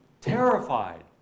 terrified